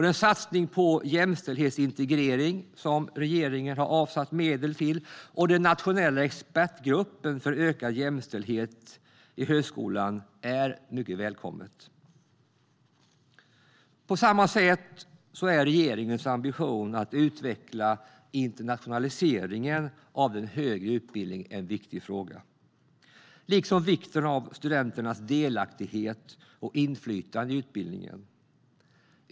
Den satsning på jämställdhetsintegrering som regeringen har avsatt medel till, liksom den nationella expertgruppen för ökad jämställdhet i högskolan, är därför mycket välkommen. På samma sätt är regeringens ambition att utveckla internationaliseringen av den högre utbildningen en viktig kvalitetsfråga, liksom vikten av studenternas delaktighet och inflytande i utbildningen.